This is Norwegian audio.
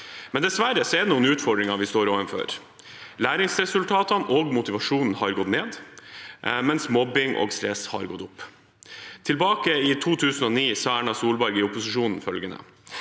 men dessverre står vi overfor noen utfordringer. Læringsresultatene og motivasjonen har gått ned, mens mobbing og stress har gått opp. Tilbake i 2009 sa Erna Solberg i opposisjonen følgende: